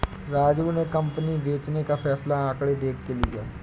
राजू ने कंपनी बेचने का फैसला आंकड़े देख के लिए